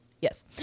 Yes